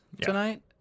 tonight